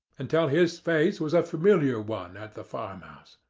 until his face was a familiar one at the farm-house.